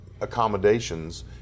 accommodations